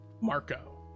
marco